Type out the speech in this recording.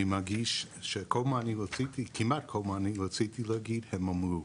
מרגיש שכל מה שרציתי להגיד הם אמרו.